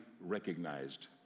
recognized